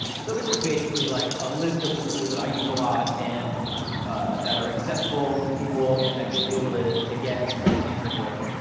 so this is basically like a list of the tools that i use a lot, and that are accessible to people, and that you'll be able to to get, and start tinkering with.